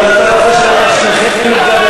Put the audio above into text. ואתה רוצה שאני על שניכם אתגבר?